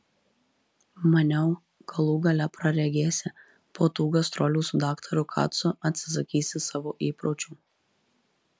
maniau galų gale praregėsi po tų gastrolių su daktaru kacu atsisakysi savo įpročių